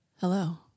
Hello